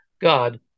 God